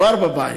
כבר בבית.